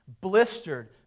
blistered